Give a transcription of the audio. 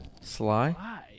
Sly